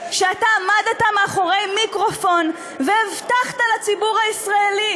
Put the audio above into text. שאתה עמדת מאחורי מיקרופון והבטחת לציבור הישראלי